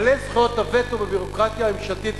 בעלי זכויות הווטו והביורוקרטיה הממשלתית.